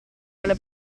dalla